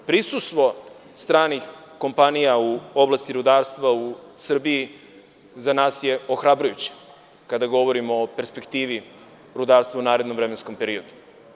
Prisustvo stranih kompanija u oblasti rudarstva u Srbiji za nas je ohrabrujuće, kada govorimo o perspektivi rudarstva u narednom vremenskom periodu.